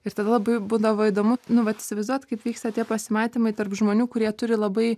ir tada labai būdavo įdomu nu vat įsivaizduot kaip vyksta tie pasimatymai tarp žmonių kurie turi labai